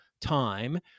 time